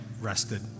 rested